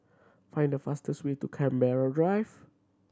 find the fastest way to Canberra Drive